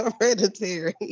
hereditary